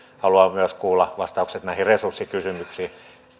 haluan myös kuulla vastauksen näihin resurssikysymyksiin